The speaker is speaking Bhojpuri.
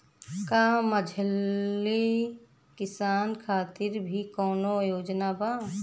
का मझोले किसान खातिर भी कौनो योजना बा?